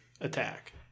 Attack